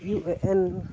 U A N